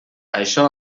això